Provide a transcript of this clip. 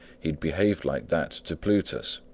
he had behaved like that to plutus.